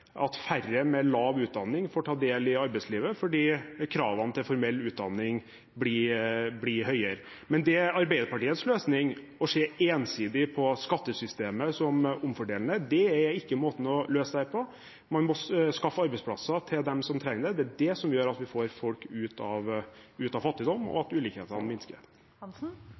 at færre med lav utdanning får ta del i arbeidslivet fordi kravene til formell utdanning blir høyere. Men Arbeiderpartiets løsning, å se ensidig på skattesystemet som omfordelende, er ikke måten å løse dette på. Man må skaffe arbeidsplasser til dem som trenger det, det er det som gjør at vi får folk ut av fattigdom, og at ulikhetene